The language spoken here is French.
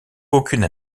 aucune